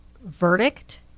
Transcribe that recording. verdict